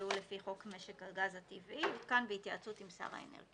שנקבעו לפי חוק משק הגז הטבעי יותקן בהתייעצות עם שר האנרגיה.